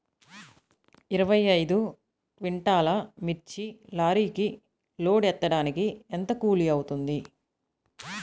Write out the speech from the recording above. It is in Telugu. ఇరవై ఐదు క్వింటాల్లు మిర్చి లారీకి లోడ్ ఎత్తడానికి ఎంత కూలి అవుతుంది?